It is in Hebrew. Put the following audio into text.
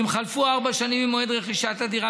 אם חלפו ארבע שנים ממועד רכישת הדירה